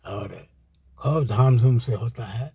और ख़ूब धड़ाम धूम से होता है